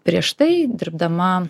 prieš tai dirbdama